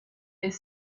est